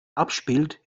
abspielt